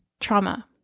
trauma